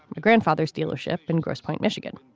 my grandfather's dealership in grosse pointe, michigan.